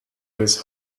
his